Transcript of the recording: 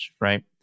right